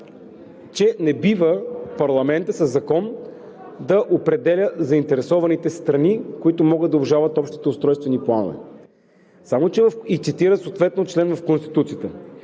че не бива парламентът със закон да определя заинтересованите страни, които могат да обжалват общите устройствени планове, и цитира съответно член от Конституцията.